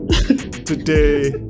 Today